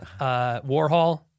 Warhol